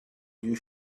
you